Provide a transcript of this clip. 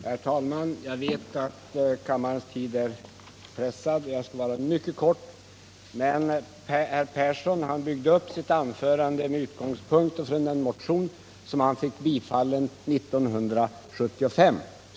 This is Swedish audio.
Herr talman! Jag vet att kammarens tid är pressad, och jag skall fatta — Nytt system för de mig mycket kort. statliga sjöfartsav Magnus Persson byggde upp sitt anförande med utgångspunkt i en = gifterna motion som han fick bifallen 1975.